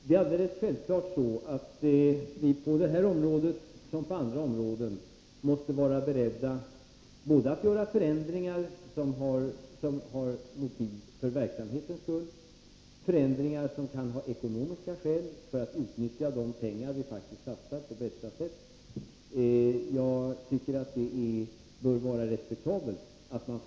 Statens heraldiska verksamhet har omorganiserats från den 1 juli 1983, varvid den självständiga heraldiska sektionen inom riksarkivet upphört och de heraldiska ärendenas handläggning anförtrotts arkivets medeltidssektion.